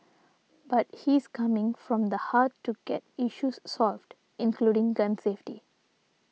but he's coming from the heart to get issues solved including gun safety